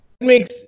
makes